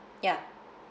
ya